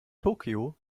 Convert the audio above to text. tokyo